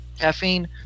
caffeine